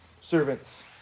servants